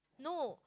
no